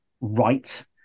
Right